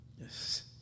Yes